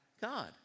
God